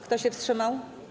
Kto się wstrzymał?